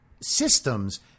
systems